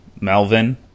Melvin